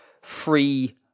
free